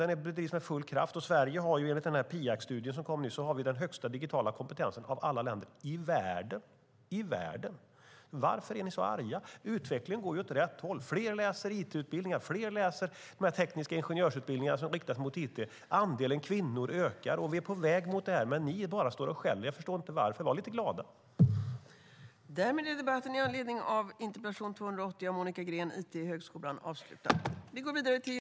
Detta bedrivs med full kraft. Enligt Piaac-studien som kom nyligen har vi den högsta digitala kompetensen av alla länder i världen . Varför är ni så arga? Utvecklingen går ju åt rätt håll. Fler läser it-utbildningar och tekniska ingenjörsutbildningar som riktar sig mot it, och andelen kvinnor ökar. Men ni står bara och skäller. Jag förstår inte varför. Var lite glada!